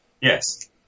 Yes